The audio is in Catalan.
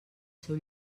seu